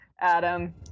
Adam